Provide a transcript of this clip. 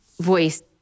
voice